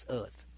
earth